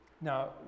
Now